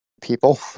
people